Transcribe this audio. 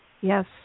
Yes